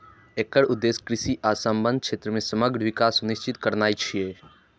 एकर उद्देश्य कृषि आ संबद्ध क्षेत्र मे समग्र विकास सुनिश्चित करनाय छियै